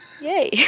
Yay